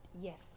Yes